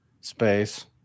space